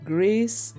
grace